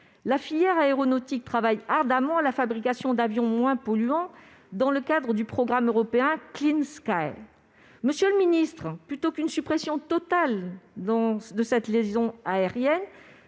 la filière aéronautique travaille ardemment à la fabrication d'avions moins polluants dans le cadre du programme européen Clean Sky. Plutôt qu'une suppression totale de cette liaison aérienne,